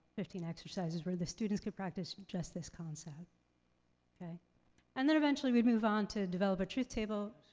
fifteen exercises where the students can practice just this concept and then eventually we'd move on to develop a truth table.